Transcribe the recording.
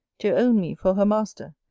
to own me for her master,